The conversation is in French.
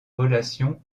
relations